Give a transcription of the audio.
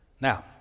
Now